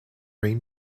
rain